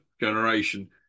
generation